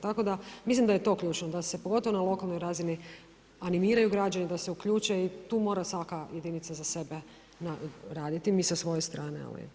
Tako da mislim da je to ključno, da se pogotovo na lokalnoj razini animiraju građani, da se uključe i tu mora svaka jedinica za sebe raditi i mi sa svoje strane.